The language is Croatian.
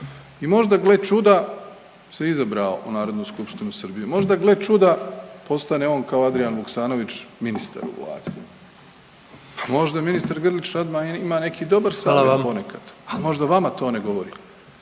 i možda gle čuda se izabrao u Narodnu skupštinu Srbiju, možda gle čuda postane on kao Adrijan Vuksanović ministar u vladi, možda ministar Grlić Radman ima neki dobar savjet ponekad, a možda vama to ne govori,